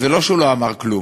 אז זה לא שהוא לא אמר כלום,